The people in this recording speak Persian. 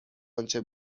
آنچه